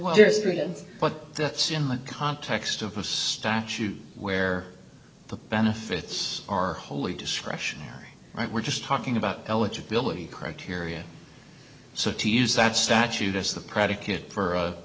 written but that's in the context of a statute where the benefits are wholly discretionary right we're just talking about eligibility criteria so to use that statute as the predicate for